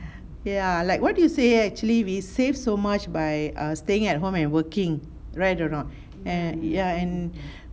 ya like what you say actually we save so much by err staying at home and working right or not and ya and